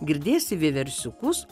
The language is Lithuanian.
girdėsi vieversiukus